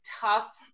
tough